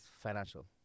financial